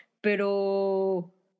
pero